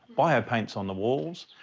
fire paints on the walls.